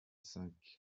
cinq